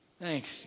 Thanks